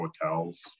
hotels